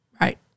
Right